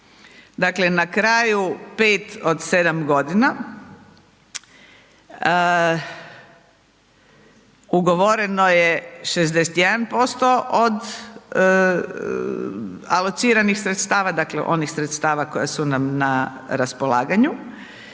dakle, na kraju, 5 od 7 godina, ugovoreno je 61% od alociranih sredstava, dakle onih sredstava koji su nam na raspolaganju.